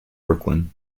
brooklyn